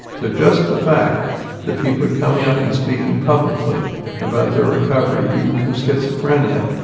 so just the fact that people are coming up and speaking publicly about their recovery, even from schizophrenia,